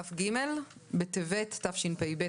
כ"ג בטבת התשפ"ב,